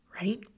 right